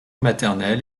maternelle